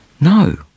No